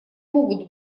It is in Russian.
могут